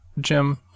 Jim